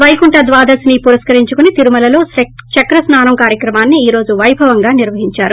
వైకుంఠ ద్వాదశి ని పురస్కరించుకుని తిరుమలలో చక్రస్పానం కార్యక్రమాన్ని ఈ రోజు వైభవంగా నిర్వహించారు